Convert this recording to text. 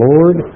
Lord